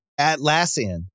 Atlassian